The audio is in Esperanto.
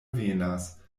venas